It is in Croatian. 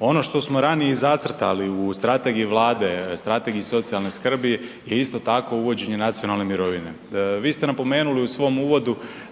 Ono što smo ranije i zacrtali u strategiji Vlade, strategiji socijalne skrbi je isto tako uvođenje nacionalne mirovine. Vi ste napomenuli u svojem uvodu